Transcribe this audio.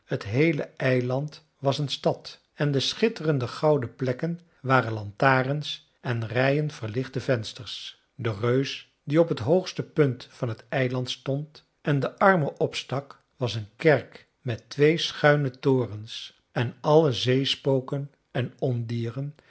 t heele eiland was een stad en de schitterende gouden plekken waren lantarens en rijen verlichte vensters de reus die op t hoogste punt van het eiland stond en de armen opstak was een kerk met twee schuine torens en alle zeespoken en ondieren